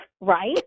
Right